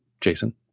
Jason